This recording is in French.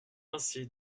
ainsi